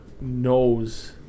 knows